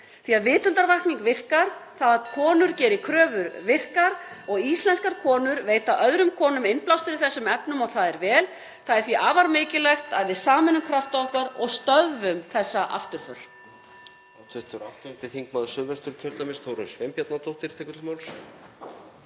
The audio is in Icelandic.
Því að vitundarvakning virkar, það að konur geri kröfur virkar. Og íslenskar konur veita öðrum konum innblástur í þessum efnum og það er vel. Það er því afar mikilvægt að við sameinum krafta okkar og stöðvum þessa afturför.